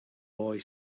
boy